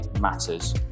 matters